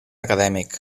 acadèmic